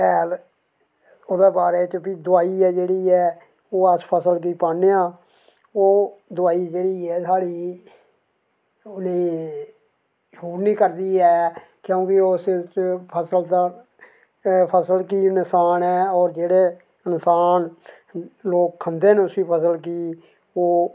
हैल एह्दे बारै च भी दोआई ऐ जेह्ड़ी ऐ ओह् अस फसल गी पाने आं ओह् दोआई जेह्ड़ी ऐ साढ़ी सूट निं करदी ऐ क्योंकि उस च फसल दा फसल गी नुक्सान ऐ होर जेह्ड़े नुक्सान जेह्ड़े लोग खंदे न उस फसल गी ओह्